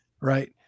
Right